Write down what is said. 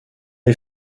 est